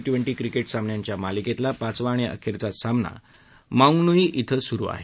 twenty cricket सामन्यांच्या मालिकेतला पाचवा आणि अखेरचा सामना माऊंगनुई इथं सुरु आहे